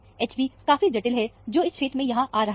Hb काफी जटिल है जो इस क्षेत्र में यहां आ रहा है